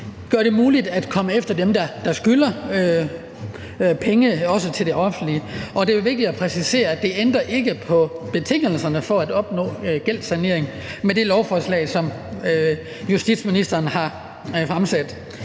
gør det muligt at komme efter dem, der skylder penge til det offentlige. Og det er jo vigtigt at præcisere, at der ikke ændres på betingelserne for at opnå gældssanering med det lovforslag, som justitsministeren har fremsat.